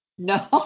No